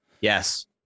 yes